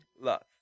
love